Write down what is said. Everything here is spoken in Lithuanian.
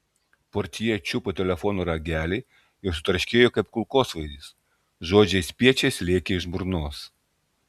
portjė čiupo telefono ragelį ir sutarškėjo kaip kulkosvaidis žodžiai spiečiais lėkė iš burnos